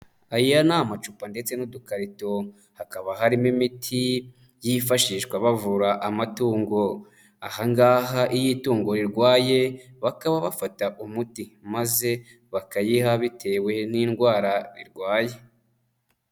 Aya ni amacupa ndetse n'udukarito hakaba harimo imiti yifashishwa bavura amatungo, ahangaha iyo itungo rirwaye bakaba bafata umuti maze bakayiha bitewe n'indwara irwaye.